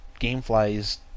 Gamefly's